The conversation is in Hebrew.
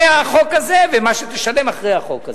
החוק הזה ומה שתשלם אחרי החוק הזה.